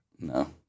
no